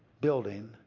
building